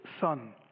son